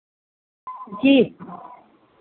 जी